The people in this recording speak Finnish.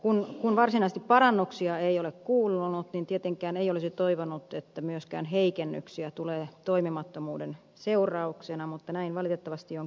kun varsinaisesti parannuksia ei ole kuulunut niin tietenkään ei olisi toivonut että myöskään heikennyksiä tulee toimimattomuuden seurauksena mutta näin valitettavasti on käynyt